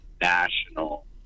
national